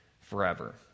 forever